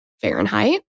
Fahrenheit